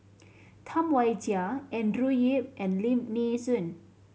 Tam Wai Jia Andrew Yip and Lim Nee Soon